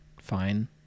fine